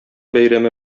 бәйрәме